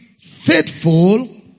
faithful